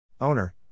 Owner